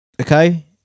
Okay